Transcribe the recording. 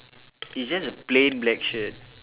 it's just the plain black shirt